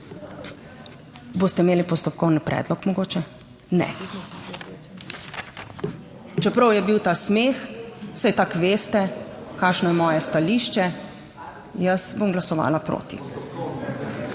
Boste imeli postopkovni predlog mogoče? Ne. Čeprav je bil ta smeh, saj tako veste, kakšno je moje stališče. Jaz bom glasovala proti.